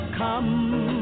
come